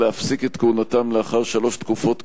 להפסיק את כהונתם לאחר שלוש תקופות כהונה.